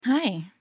hi